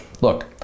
look